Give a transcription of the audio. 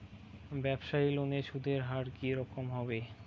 ব্যবসায়ী লোনে সুদের হার কি রকম হবে?